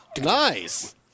Nice